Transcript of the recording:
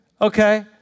Okay